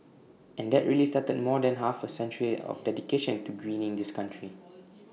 and that really started more than half A century of dedication to greening this country